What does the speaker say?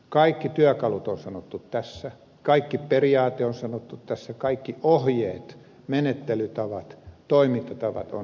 kaikki työkalut on sanottu tässä kaikki periaate on sanottu tässä kaikki ohjeet menettelytavat toimintatavat on sanottu tässä